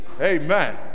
Amen